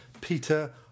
Peter